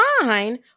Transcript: fine